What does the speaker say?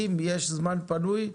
אם יישאר זמן פנוי,